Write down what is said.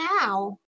now